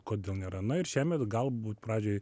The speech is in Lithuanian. kodėl nėra na ir šiemet galbūt pradžioj